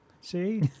See